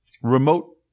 remote